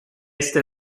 este